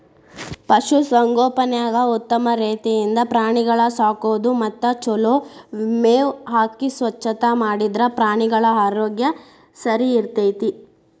ಪಶು ಸಂಗೋಪನ್ಯಾಗ ಉತ್ತಮ ರೇತಿಯಿಂದ ಪ್ರಾಣಿಗಳ ಸಾಕೋದು ಮತ್ತ ಚೊಲೋ ಮೇವ್ ಹಾಕಿ ಸ್ವಚ್ಛತಾ ಮಾಡಿದ್ರ ಪ್ರಾಣಿಗಳ ಆರೋಗ್ಯ ಸರಿಇರ್ತೇತಿ